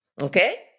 Okay